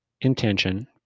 intention